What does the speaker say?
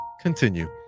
Continue